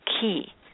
key